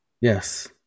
Yes